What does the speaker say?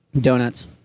Donuts